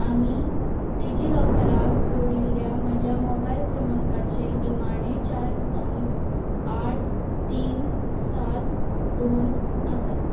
आनी डिजी लॉकराक जोडिल्ल्या म्हज्या मोबायल क्रमांकाचे निमाणे चार अंक आठ तीन सात दोन आसात